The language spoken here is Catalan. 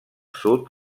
sud